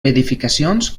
edificacions